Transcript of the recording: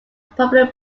popular